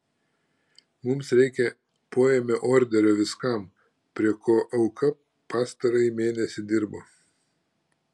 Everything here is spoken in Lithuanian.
mums reikia poėmio orderio viskam prie ko auka pastarąjį mėnesį dirbo